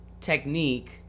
technique